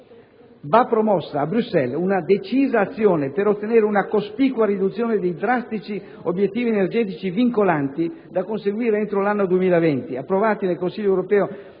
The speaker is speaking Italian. Va promossa a Bruxelles una decisa azione per ottenere una cospicua riduzione dei drastici obiettivi energetici vincolanti da conseguire entro l'anno 2020, approvati nel Consiglio europeo